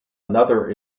another